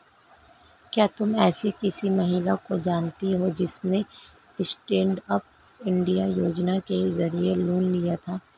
क्या तुम एसी किसी महिला को जानती हो जिसने स्टैन्डअप इंडिया योजना के जरिए लोन लिया था?